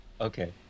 Okay